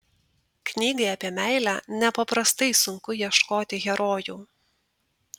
knygai apie meilę nepaprastai sunku ieškoti herojų